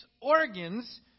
organs